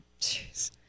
Jeez